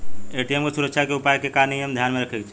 ATM के सुरक्षा उपाय के का का नियम ध्यान में रखे के चाहीं?